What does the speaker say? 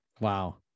wow